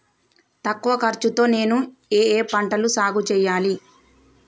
తక్కువ ఖర్చు తో నేను ఏ ఏ పంటలు సాగుచేయాలి?